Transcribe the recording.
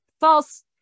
false